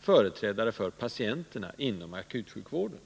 företrädare för patienterna inom akutsjukvården.